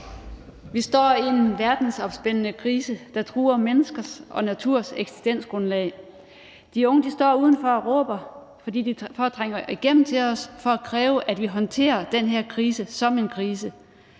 Vi står i en verdensomspændende krise, der truer menneskers og naturs eksistensgrundlag. De unge står udenfor og råber for at trænge igennem til os for at kræve, at vi håndterer den her krise som en krise.